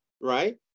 right